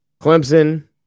Clemson